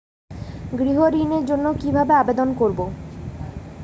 গৃহ ঋণ জন্য কি ভাবে আবেদন করব?